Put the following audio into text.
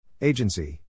Agency